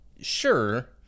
Sure